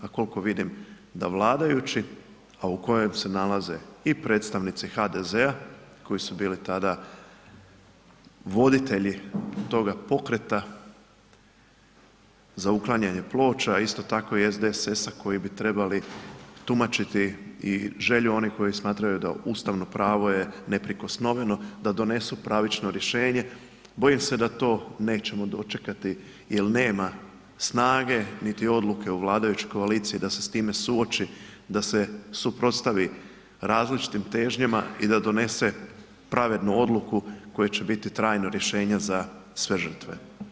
Ali koliko vidim da vladajući, a u kojem se nalaze i predstavnici HDZ-a koji su bili tada voditelji toga pokreta za uklanjanje ploča, isto tako i SDSS-a koji bi trebali tumačiti i želju onih koji smatraju da ustavno pravo je neprikosnoveno da donesu pravično rješenje, bojim se da to nećemo dočekati jel nema snage niti odluke u vladajućoj koaliciji da se s time suoči da se suprotstavi različitim težnjama i da donese pravednu odluku koja će biti trajno rješenje za sve žrtve.